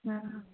हँ